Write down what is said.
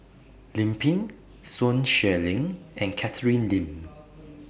Lim Pin Sun Xueling and Catherine Lim